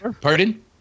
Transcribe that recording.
pardon